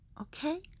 okay